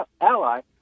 Ally